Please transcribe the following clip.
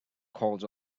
calls